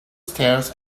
stairs